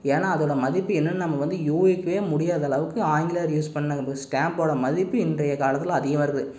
ஏன்னா அதோடய மதிப்பு என்னென்னு நம்ம வந்து யூகிக்கவே முடியாத அளவுக்கு ஆங்கிலேயர் யூஸ் பண்ண ஸ்டாம்ப்போடய மதிப்பு இன்றைய காலத்தில் அதிகமாக இருக்குது